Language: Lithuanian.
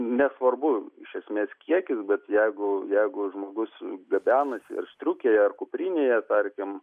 nesvarbu iš esmės kiekis bet jeigu jeigu žmogus gabenasi ir striukėje ar kuprinėje tarkim